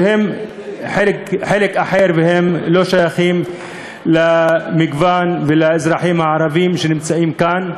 שהם חלק אחר והם לא שייכים למגוון ולאזרחים הערבים שנמצאים כאן.